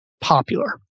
popular